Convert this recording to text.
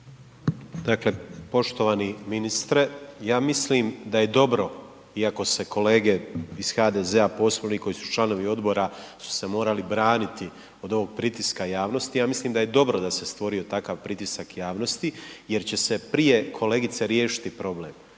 Dakle, poštovani ministre ja mislim da je dobro iako se kolege iz HDZ-a posebno oni koji su članovi odbora su se morali braniti od ovog pritiska javnosti, ja mislim da je dobro da se stvorio takav pritisak javnosti jer će prije kolegice riješiti problem.